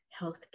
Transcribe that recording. healthcare